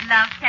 Love